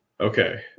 Okay